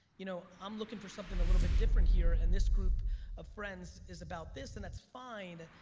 you know i'm looking for something a little bit different here and this group of friends is about this, and that's fine,